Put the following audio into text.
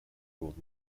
world